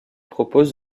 propose